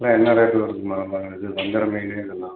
இல்லை என்ன ரேட்டில் இருக்கும்மா இது வஞ்சிர மீன் இதெல்லாம்